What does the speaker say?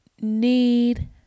need